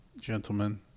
gentlemen